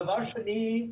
דבר שני,